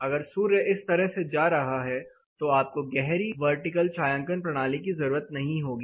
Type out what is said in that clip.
अगर सूर्य इस तरह से जा रहा है तो आपको गहरी वर्टिकल छायांकन प्रणाली की जरूरत नहीं होगी